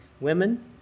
women